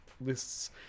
lists